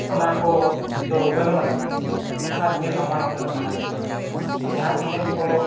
ᱚᱱᱟ ᱠᱚ ᱫᱚ ᱵᱟᱹᱱᱩᱜ ᱟᱱᱟᱝ ᱟᱨ ᱧᱮᱞ ᱦᱚᱸ ᱵᱟᱞᱟᱝ ᱧᱮᱞᱚᱜ ᱠᱟᱱᱟ ᱡᱟᱦᱟᱸ ᱛᱤᱱᱟᱹᱜ ᱠᱚ